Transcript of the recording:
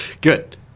Good